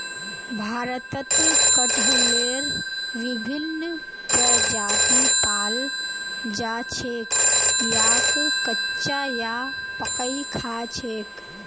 भारतत कटहलेर विभिन्न प्रजाति पाल जा छेक याक कच्चा या पकइ खा छेक